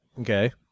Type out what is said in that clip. Okay